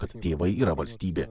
kad tėvai yra valstybė